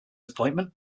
appointment